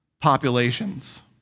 populations